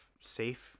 safe